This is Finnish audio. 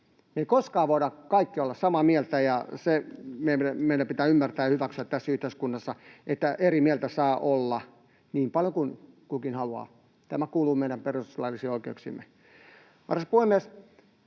Me ei koskaan voida kaikki olla samaa mieltä, ja se meidän pitää ymmärtää ja hyväksyä tässä yhteiskunnassa, että eri mieltä saa olla niin paljon kuin kukin haluaa. Tämä kuuluu meidän perustuslaillisiin oikeuksiimme.